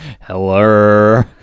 Hello